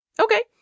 Okay